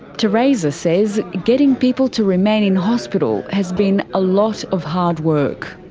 theresa says getting people to remain in hospital has been a lot of hard work.